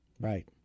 Right